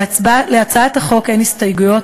להצעת החוק אין הסתייגויות.